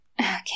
Okay